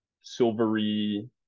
silvery